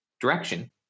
direction